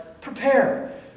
prepare